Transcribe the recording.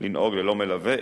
לנהוג ללא מלווה,